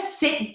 sit